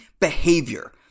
behavior